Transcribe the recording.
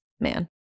man